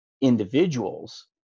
individuals